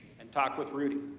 and talk with rudy.